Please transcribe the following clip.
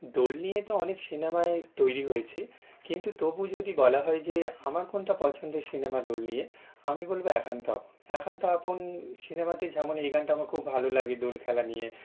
দোল নিয়ে তো অনেক সিনেমাই তৈরি হয়েছে কিন্তু তবু যদি বলা হয় যে আমার কোনটা পছন্দর সিনেমা দোল নিয়ে আমি বলবো একান্ত আপন একান্ত আপন সিনেমাতে যেমন এই গানটা আমার খুব ভালো লাগে দোল খেলা নিয়ে